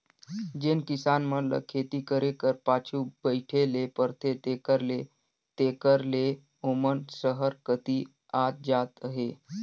जेन किसान मन ल खेती करे कर पाछू बइठे ले परथे तेकर ले तेकर ले ओमन सहर कती आत जात अहें